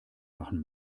machen